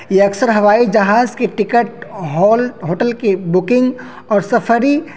یہ اکثر ہوائی جہاز کے ٹکٹ ہال ہوٹل کی بکنگ اور سفری